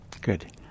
Good